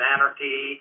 Anarchy